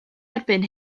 erbyn